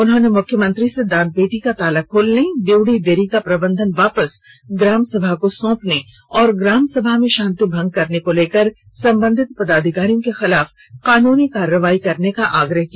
उन्होंने मुख्यमंत्री से दान पेटी का ताला खोलने दिउड़ी दिरी का प्रबंधन वापस ग्राम सभा को सौंपने और ग्राम सभा में शांति भंग करने को लेकर संबंधित पदाधिकारियों के खिलाफ कानूनी कार्रवाई करने का आग्रह किया